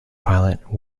pilot